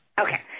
Okay